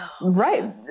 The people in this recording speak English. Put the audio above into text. right